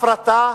הפרטה,